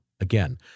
Again